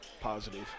positive